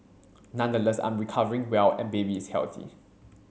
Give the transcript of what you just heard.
nonetheless I am recovering well and baby is healthy